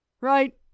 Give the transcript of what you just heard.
Right